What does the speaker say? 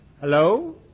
Hello